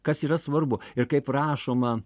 kas yra svarbu ir kaip rašoma